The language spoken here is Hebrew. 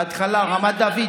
בהתחלה רמת דוד,